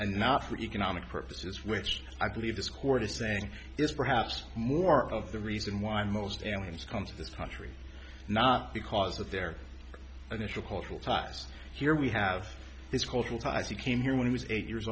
and not for economic purposes which i believe this court is saying is perhaps more of the reason why most airlines come to this country not because of their initial cultural ties here we have this cultural ties he came here when he was eight years